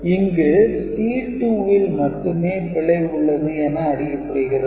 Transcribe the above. இங்கு C2 ல் மட்டுமே பிழை உள்ளது என அறியப்படுகிறது